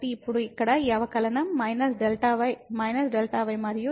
ఇప్పుడు ఇక్కడ ఈ అవకలనం −Δy Δy మరియు తరువాత fx 00